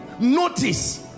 notice